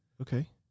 Okay